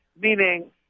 meaning